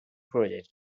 project